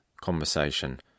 conversation